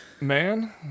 Man